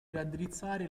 raddrizzare